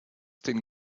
den